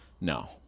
no